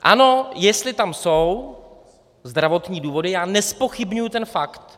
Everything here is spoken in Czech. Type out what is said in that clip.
Ano, jestli tam jsou zdravotní důvody, já nezpochybňuji ten fakt.